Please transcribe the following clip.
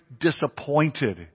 disappointed